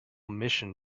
mission